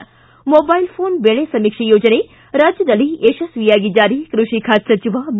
ಿ mobile phone ಬೆಳೆ ಸಮೀಕ್ಷೆ ಯೋಜನೆ ರಾಜ್ಯದಲ್ಲಿ ಯಶಸ್ವಿಯಾಗಿ ಜಾರಿ ಕೃಷಿ ಖಾತೆ ಸಚಿವ ಬಿ